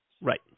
Right